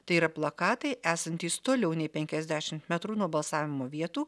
tai yra plakatai esantys toliau nei penkiasdešimt metrų nuo balsavimo vietų